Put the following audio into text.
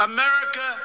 America